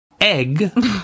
egg